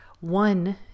One